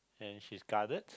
and she's guarded